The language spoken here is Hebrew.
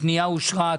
הפנייה אושרה.